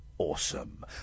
Awesome